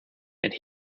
and